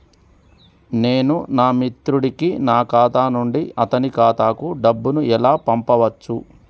నేను నా మిత్రుడి కి నా ఖాతా నుండి అతని ఖాతా కు డబ్బు ను ఎలా పంపచ్చు?